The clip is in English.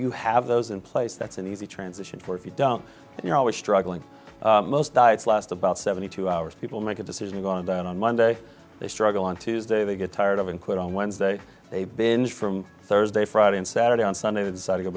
you have those in place that's an easy transition for if you don't you're always struggling most diets last about seventy two hours people make a decision going down on monday they struggle on tuesday they get tired of and quit on wednesday they've been from thursday friday and saturday on sunday to decide to go